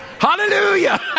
Hallelujah